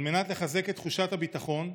על מנת לחזק את תחושת הביטחון,